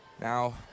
Now